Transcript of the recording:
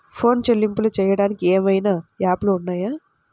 Phone చెల్లింపులు చెయ్యటానికి ఏవైనా యాప్లు ఉన్నాయా?